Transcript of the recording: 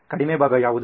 ಕಡಿಮೆ ಭಾಗ ಯಾವುದು